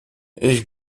ich